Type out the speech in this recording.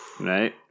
right